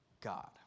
God